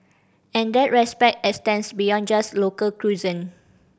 and that respect extends beyond just local cuisine